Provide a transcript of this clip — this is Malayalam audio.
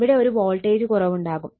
ഇവിടെ ഒരു വോൾട്ടേജ് കുറവ് ഉണ്ടാകും